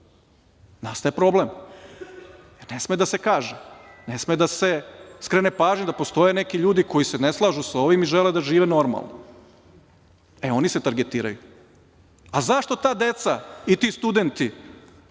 nastaje problem, jer ne sme da se kaže, ne sme da se skrene pažnja da postoje neki ljudi koji se ne slažu sa ovim i žele da žive normalno. E oni se targetiraju.Zašto ta deca i ti studenti,